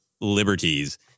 liberties